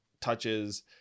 touches